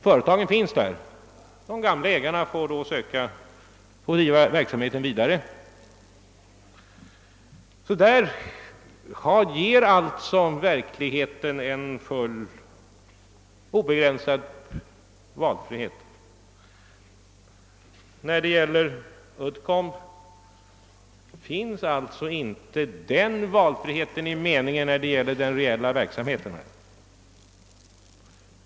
Företagen finns där, och de gamla ägarna får söka driva verksamheten vidare. Därvidlag ger alltså verkligheten en fullt obegränsad valfrihet. Vad Uddcomb beträffar finns inte den valfriheten i fråga om den reella verksamheten.